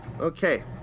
okay